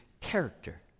character